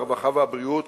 הרווחה והבריאות